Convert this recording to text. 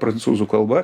prancūzų kalba